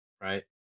right